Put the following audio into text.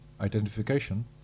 identification